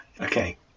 Okay